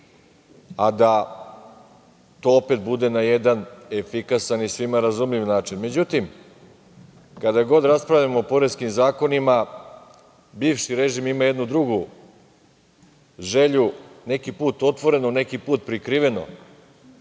a da to opet bude na jedan efikasan i svima razumljiv način.Međutim, kada god raspravljamo o poreskim zakonima, bivši režim ima jednu drugu želju, neki put otvoreno, neki put prikriveno,